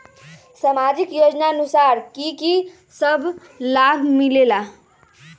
समाजिक योजनानुसार कि कि सब लाब मिलीला?